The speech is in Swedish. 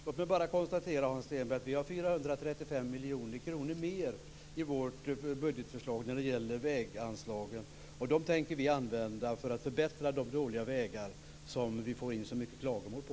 Låt mig bara konstatera, Hans Stenberg, att vi har 435 miljoner kronor mer i vårt budgetförslag när det gäller väganslagen, och de tänker vi använda för att förbättra de dåliga vägar som vi får in så många klagomål på.